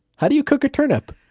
how do you cook a turnip?